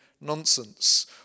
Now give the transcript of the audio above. nonsense